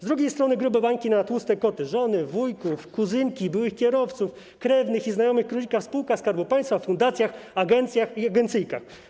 Z drugiej strony grube bańki na tłuste koty: żony, wujków, kuzynki, byłych kierowców, krewnych i znajomych królika w spółkach Skarbu Państwa, fundacjach, agencjach i agencyjkach.